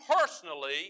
personally